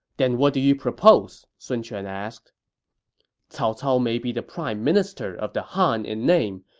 then what do you propose? sun quan asked cao cao may be the prime minister of the han in name,